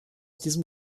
diesem